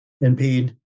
impede